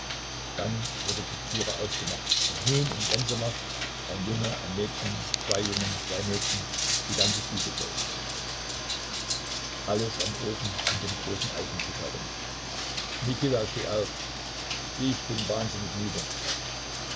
dann wurde die türe aufgemacht und nun im gänsemarsch ein junge ein mädchen zwei jungen zwei mädchen die ganze stube voll alles am ofen um den großen eichentisch herum mikita steh auf ich bin wahnsinnig müde